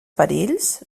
perills